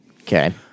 Okay